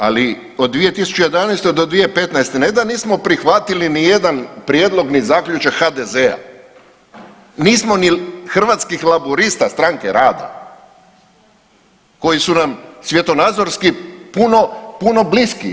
Ali od 2011. do 2015. ne da nismo prihvatili niti jedan prijedlog ni zaključak HDZ-a, nismo niti Hrvatskih laburista stranke rada koji su nam svjetonadzorski puno bliskiji.